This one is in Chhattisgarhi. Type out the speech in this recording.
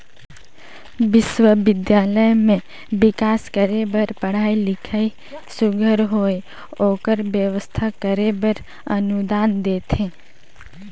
बिस्वबिद्यालय में बिकास करे बर पढ़ई लिखई सुग्घर होए ओकर बेवस्था करे बर अनुदान देथे